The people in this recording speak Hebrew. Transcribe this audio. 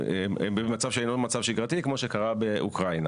כמו שקרה באוקראינה